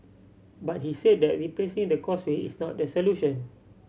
but he said that replacing the Causeway is not the solution